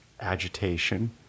agitation